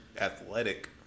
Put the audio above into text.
athletic